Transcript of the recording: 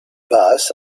bass